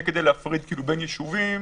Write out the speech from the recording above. זה כדי להפריד בין יישובים